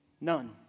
None